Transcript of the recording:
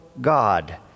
God